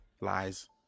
Lies